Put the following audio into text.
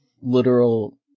literal